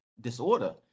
disorder